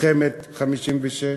מלחמת 1956,